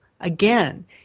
Again